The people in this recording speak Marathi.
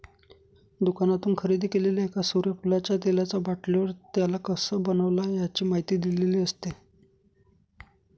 दुकानातून खरेदी केलेल्या एका सूर्यफुलाच्या तेलाचा बाटलीवर, त्याला कसं बनवलं आहे, याची माहिती दिलेली असते